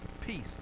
Peace